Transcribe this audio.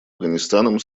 афганистаном